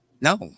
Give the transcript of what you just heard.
No